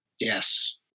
yes